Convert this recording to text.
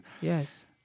yes